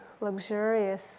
luxurious